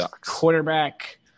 quarterback